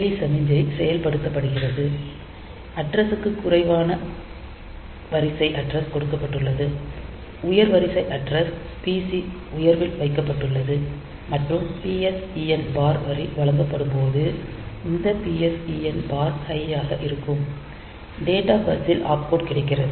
ALE சமிக்ஞை செயல்படுத்தப்படுகிறது address க்கு குறைந்த வரிசை அட்ரஸ் கொடுக்கப்பட்டுள்ளது உயர் வரிசை அட்ரஸ் PC உயர்வில் வைக்கப்பட்டுள்ளது மற்றும் PSEN பார் வரி வழங்கப்பம் போது இந்த PSEN பார் ஹைய் ல் இருக்கும் டேட்டா பஸ்ஸில் ஆப்கோட் கிடைக்கிறது